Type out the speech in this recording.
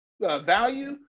value